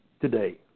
today